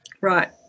Right